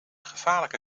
gevaarlijke